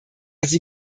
sie